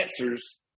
answers